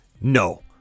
No